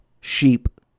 Sheep